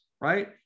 right